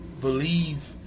believe